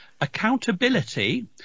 accountability